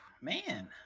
man